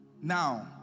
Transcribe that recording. Now